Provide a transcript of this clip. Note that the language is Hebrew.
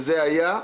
זה היה,